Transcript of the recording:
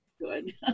good